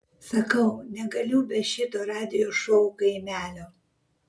sakau negaliu be šito radijo šou kaimelio